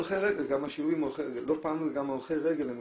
וגם השינויים בהולכי רגל.